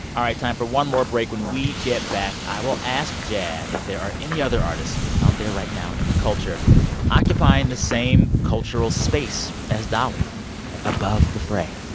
all right, time for one more break. when we get back i will ask jad if there are any other artists out there right now in the culture occupying the same cultural space as dolly above the fray.